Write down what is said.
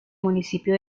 municipio